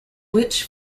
which